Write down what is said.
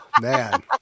man